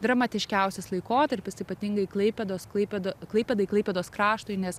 dramatiškiausias laikotarpis ypatingai klaipėdos klaipėda klaipėdai klaipėdos kraštui nes